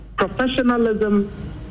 Professionalism